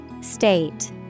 State